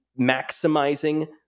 maximizing